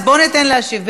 אז בואו ניתן להשיב.